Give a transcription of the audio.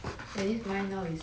at least mine now is